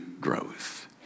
growth